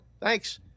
Thanks